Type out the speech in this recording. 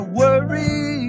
worry